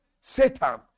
Satan